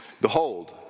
Behold